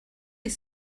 est